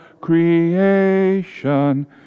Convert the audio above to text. creation